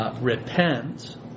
repent